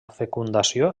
fecundació